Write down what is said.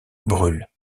brûle